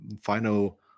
final